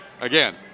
again